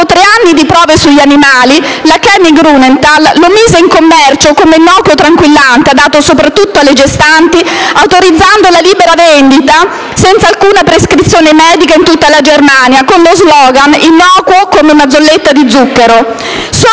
tre anni di prove sugli animali, la «Chemie Grünenthal» lo mise in commercio come innocuo tranquillante adatto soprattutto alle gestanti, autorizzandone la libera vendita senza alcuna prescrizione medica in tutta la Germania, con lo slogan: «Innocuo come una zolletta di zucchero». Solo